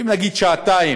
נגיד שעתיים,